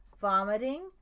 vomiting